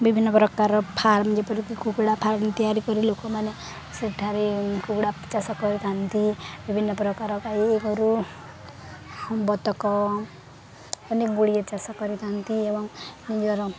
ବିଭିନ୍ନ ପ୍ରକାର ଫାର୍ମ ଯେପରିକି କୁକୁଡ଼ା ଫାର୍ମ ତିଆରି କରି ଲୋକମାନେ ସେଠାରେ କୁକୁଡ଼ା ଚାଷ କରିଥାନ୍ତି ବିଭିନ୍ନ ପ୍ରକାର ଗାଈ ଗୋରୁ ବତକ ଏମିତି ଗୁଡ଼ିଏ ଚାଷ କରିଥାନ୍ତି ଏବଂ ନିଜର